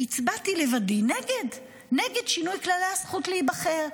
הצבעתי לבדי נגד שינוי כללי הזכות להיבחר.